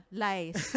lies